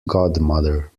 godmother